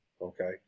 okay